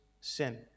sin